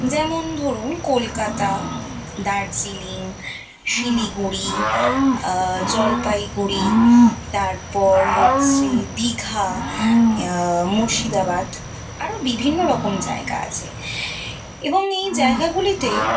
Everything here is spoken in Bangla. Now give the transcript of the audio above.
যেমন ধরুন কলকাতা দার্জিলিং শিলিগুড়ি জলপাইগুড়ি তারপর হচ্ছে দীঘা মুর্শিদাবাদ আরও বিভিন্ন রকম জায়গা আছে এবং এই জায়গাগুলিতে